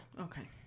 Okay